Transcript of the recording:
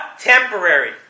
temporary